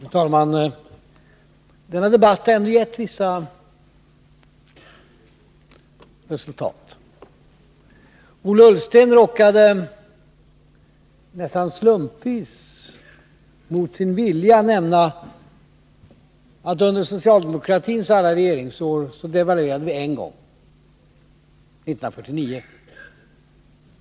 Fru talman! Denna debatt har ändå gett vissa resultat. Ola Ullsten råkade nästan slumpvis, mot sin vilja, nämna att under socialdemokratins alla regeringsår devalverade vi en gång — 1949.